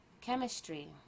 chemistry